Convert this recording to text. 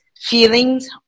feelings